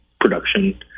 production